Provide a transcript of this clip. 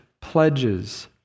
pledges